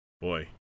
Boy